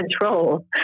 control